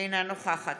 אינה נוכחת